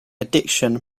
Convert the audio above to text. addiction